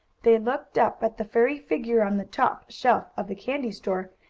they looked up at the furry figure, on the top shelf of the candy store,